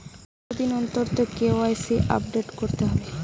কতদিন অন্তর KYC update করতে হবে?